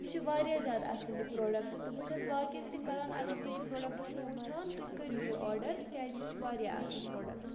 یہِ چھِ واریاہ زیادٕ اَصٕل یہِ پرٛوڈَکٹ تہٕ بہٕ چھَس باقٕیَن تہِ کَران اگر تُہۍ یہِ پروڈَکٹ چھُو وٕچھان تُہۍ کٔرِو یہِ آرڈَر کیٛازِ یہِ چھُ واریاہ اَصٕل پرٛوڈَکٹ